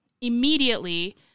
Immediately